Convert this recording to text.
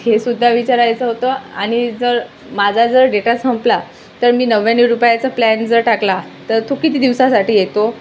हे सुुद्धा विचारायचं होतं आणि जर माझा जर डेटा संपला तर मी नव्याण्णव रुपयाचा प्लॅन जर टाकला तर तो किती दिवसासाठी येतो